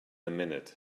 minute